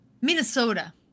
Minnesota